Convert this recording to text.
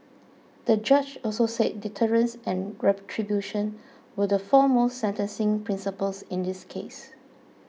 the judge also said deterrence and retribution were the foremost sentencing principles in this case